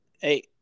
Hey